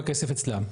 הכסף אצלם,